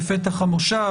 בפתח המושב,